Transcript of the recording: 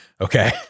Okay